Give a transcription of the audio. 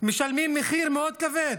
משלמים מחיר מאוד כבד,